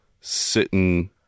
sitting